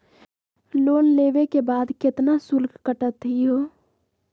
Loan लेवे के बाद केतना शुल्क कटतही हो?